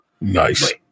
Nice